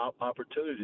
opportunities